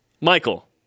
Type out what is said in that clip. Michael